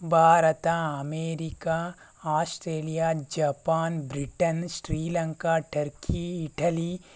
Bharat America Australia Japan Britain Sri Lanka Turkey Italy